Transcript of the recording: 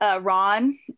Ron